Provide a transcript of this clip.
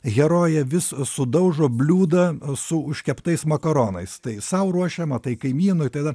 herojė vis sudaužo bliūdą su užkeptais makaronais tai sau ruošiamą tai kaimynui tai dar